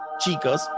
chicas